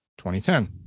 2010